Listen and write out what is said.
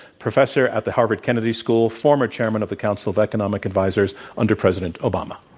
professor at the harvard kennedy school, former chairman of the council of economic advisors under president obama.